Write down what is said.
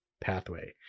pathway